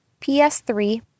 PS3